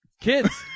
Kids